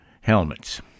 helmets